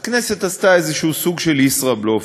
הכנסת עשתה איזה סוג של "ישראבלוף",